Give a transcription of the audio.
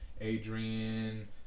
Adrian